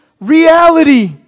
reality